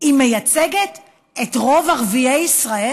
היא מייצגת את רוב ערביי ישראל?